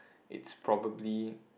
it's probably